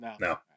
No